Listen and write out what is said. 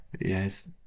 yes